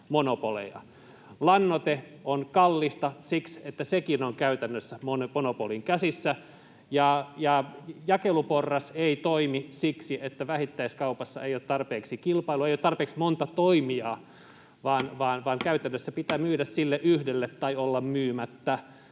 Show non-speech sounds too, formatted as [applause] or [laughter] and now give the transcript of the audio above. Lannoite on kallista siksi, että sekin on käytännössä monopolin käsissä. Jakeluporras ei toimi siksi, että vähittäiskaupassa ei ole tarpeeksi kilpailua, ei ole tarpeeksi monta toimijaa, [noise] vaan käytännössä pitää myydä sille yhdelle tai olla myymättä.